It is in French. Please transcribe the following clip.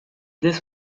dès